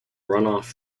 runoff